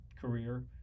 career